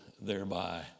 thereby